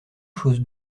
chose